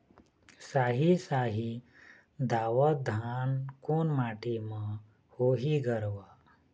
साही शाही दावत धान कोन माटी म होही गरवा?